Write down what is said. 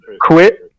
quit